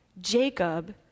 Jacob